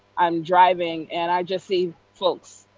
um driving, and i just see folks,